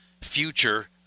future